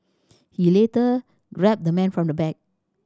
he later grabbed the man from the back